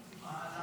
המחיה